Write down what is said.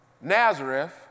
Nazareth